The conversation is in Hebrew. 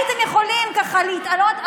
הייתם יכולים ככה להתעלות.